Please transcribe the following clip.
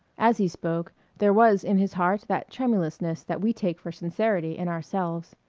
as he spoke there was in his heart that tremulousness that we take for sincerity in ourselves.